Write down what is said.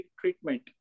treatment